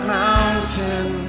mountain